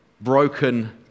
broken